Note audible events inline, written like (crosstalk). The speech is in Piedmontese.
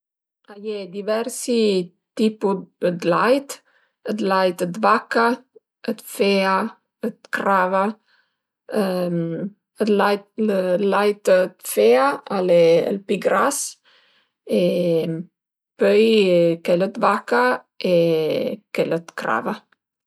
A ie diversi tipu 'd lait, ël lait 'd vaca, 'd fea, 'd crava (hesitation) ël lait ël lait 'd fea al e el pi gras e pöi chel 'd vaca e chel 'd crava